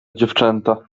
dziewczęta